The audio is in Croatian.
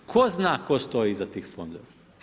Tko zna tko stoji iza tih fondova.